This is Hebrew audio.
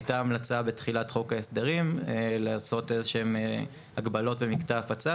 הייתה המלצה בתחילת חוק ההסדרים לעשות הגבלות כלשהן במקטע הפצה,